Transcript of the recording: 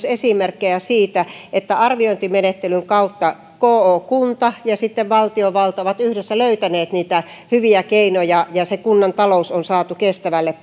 esimerkkejä myös siitä että arviointimenettelyn kautta kyseessä oleva kunta ja sitten valtiovalta ovat yhdessä löytäneet niitä hyviä keinoja ja se kunnan talous on saatu kestävälle